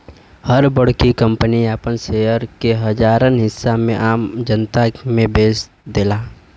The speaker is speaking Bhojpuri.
हर बड़की कंपनी आपन शेयर के हजारन हिस्सा में आम जनता मे बेच देला